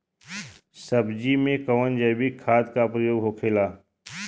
सब्जी में कवन जैविक खाद का प्रयोग होखेला?